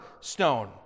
stone